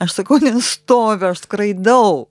aš sakau nestoviu aš skraidau